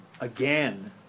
again